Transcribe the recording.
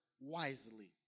wisely